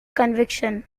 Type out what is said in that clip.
conviction